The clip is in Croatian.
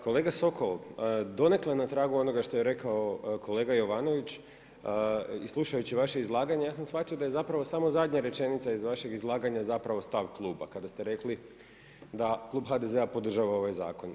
Kolega Sokol, donekle na tragu onoga što je rekao kolega Jovanović i slušajući vaše izlaganje ja sam shvatio da je zapravo samo zadnja rečenica iz vašeg izlaganja zapravo stav kluba kada ste rekli da klub HDZ-a podržava ovaj zakon.